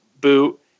boot